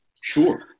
Sure